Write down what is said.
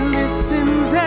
listens